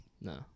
No